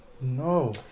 No